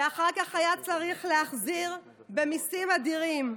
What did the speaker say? שאחר כך היה צריך להחזיר במיסים אדירים.